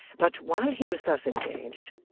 but, while he was thus engaged,